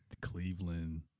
Cleveland